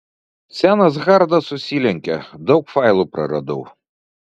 senas hardas užsilenkė daug failų praradau